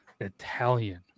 Italian